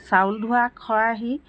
চাউল ধোৱা খৰাহি